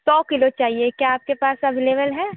सौ किलो चाहिए क्या आप के पास अवेलेबल है